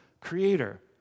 creator